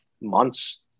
months